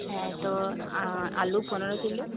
হ্য়াঁ তো আলু পনেরো কিলো